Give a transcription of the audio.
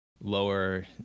lower